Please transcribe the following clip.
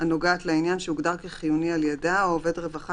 הנוגעת לעניין שהוגדר כחיוני על ידה או עובד רווחה